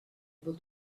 able